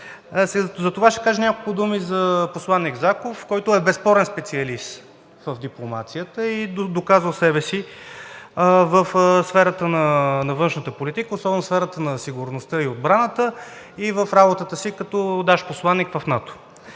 Затова ще кажа няколко думи за посланик Заков, който е безспорен специалист в дипломацията, доказал е себе си в сферата на външната политика, особено в сферата на сигурността и отбраната и в работата си като наш посланик в НАТО,